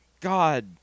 God